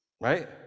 Right